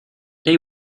they